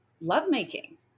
lovemaking